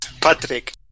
Patrick